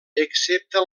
excepte